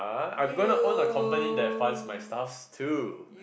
I'm gonna own a company that funds my stuff too